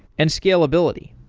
and scalability.